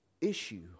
issue